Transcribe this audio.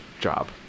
job